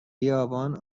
بیابان